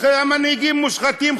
המנהיגים מושחתים,